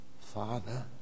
Father